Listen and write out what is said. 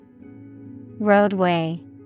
roadway